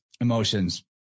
emotions